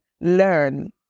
learn